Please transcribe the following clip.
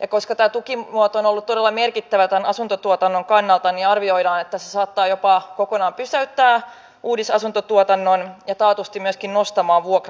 ja koska tämä tukimuoto on ollut todella merkittävä tämän asuntotuotannon kannalta niin arvioidaan että se saattaa jopa kokonaan pysäyttää uudisasuntotuotannon ja taatusti myöskin nostaa vuokratasoa